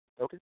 okay